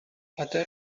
other